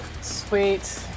Sweet